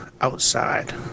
outside